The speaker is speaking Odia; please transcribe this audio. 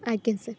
ଆଜ୍ଞା ସାର୍